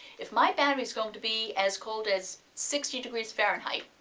if my battery is going to be as cold as sixty degrees fahrenheit,